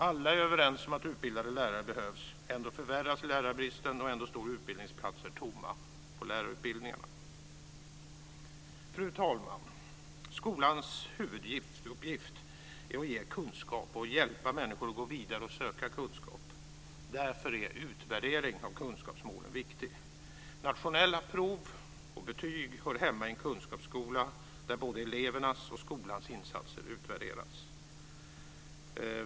Alla är överens om att utbildade lärare behövs, och ändå förvärras lärarbristen och ändå står utbildningsplatser tomma på lärarutbildningarna. Fru talman! Skolans huvuduppgift är att ge kunskap och hjälpa människor att gå vidare och söka kunskap. Därför är utvärdering av kunskapsmålen viktig. Nationella prov och betyg hör hemma i en kunskapsskola där både elevernas och skolans insatser utvärderas.